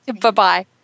Bye-bye